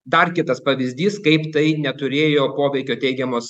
dar kitas pavyzdys kaip tai neturėjo poveikio teigiamos